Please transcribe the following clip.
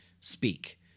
speak